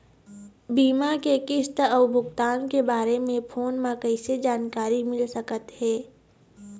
बीमा के किस्त अऊ भुगतान के बारे मे फोन म कइसे जानकारी मिल सकत हे?